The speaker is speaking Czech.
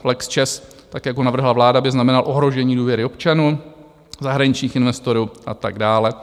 Lex ČEZ, tak jak ho navrhla vláda, by znamenal ohrožení důvěry občanů, zahraničních investorů a tak dále.